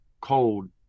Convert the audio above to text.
cold